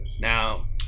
Now